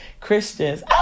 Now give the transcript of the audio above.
Christians